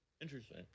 interesting